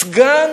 סגן